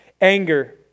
Anger